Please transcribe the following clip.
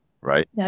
right